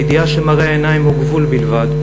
הידיעה שמראה העיניים הוא גבול בלבד,